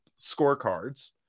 scorecards